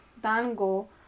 Dango